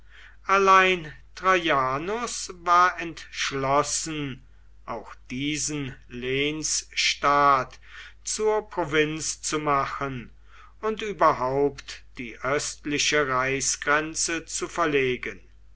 allein traianus war entschlossen auch diesen lehnsstaat zur provinz zu machen und überhaupt die östliche reichsgrenze zu verlegen